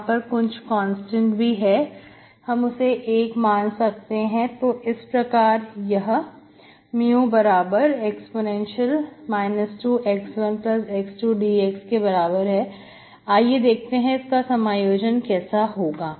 यहां पर कुछ कांस्टेंट भी है हम उसे 1 मान सकते हैं तो इस प्रकार यह μe 2 x1x2 dx के बराबर है आइए देखते हैं इसका समायोजन कैसा होगा